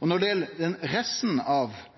Når det gjeld resten av